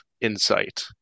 insight